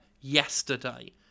Yesterday